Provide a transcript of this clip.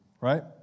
Right